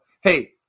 Hey